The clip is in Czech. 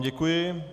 Děkuji.